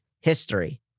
history